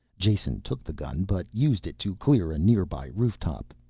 jason took the gun, but used it to clear a nearby roof-top,